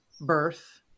birth